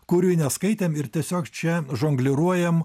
kurių neskaitėm ir tiesiog čia žongliruojam